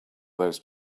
those